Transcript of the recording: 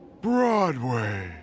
Broadway